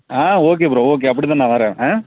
ஆ okay bro okay அப்படிதான் நான் வரேன் ஆ